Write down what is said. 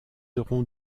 auront